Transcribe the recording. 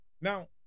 Now